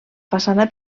façana